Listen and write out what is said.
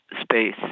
space